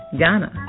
Ghana